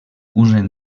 usen